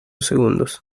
segundos